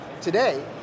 today